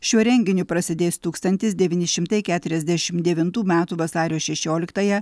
šiuo renginiu prasidės tūkstantis devyni šimtai keturiasdešim devintų metų vasario šešioliktąją